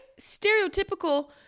Stereotypical